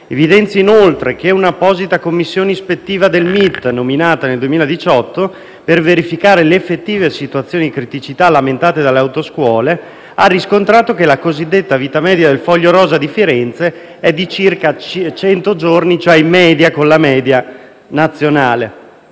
Evidenzio, inoltre, che un'apposita commissione ispettiva del MIT, nominata nel 2018 per verificare le effettive situazioni di criticità lamentate dalle autoscuole, ha riscontrato che la cosiddetta vita media del foglio rosa di Firenze è di circa cento giorni, cioè in linea con la media nazionale.